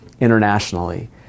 internationally